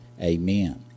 Amen